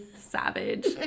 savage